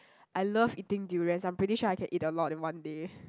I love eating durians I'm pretty sure I can eat a lot in one day